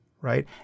right